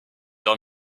arts